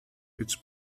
its